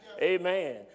amen